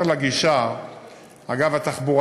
מעבר לגישה התחבורתית,